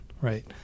Right